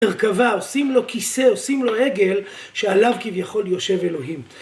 מרכבה, עושים לו כיסא, עושים לו עגל, שעליו כביכול יושב אלוהים.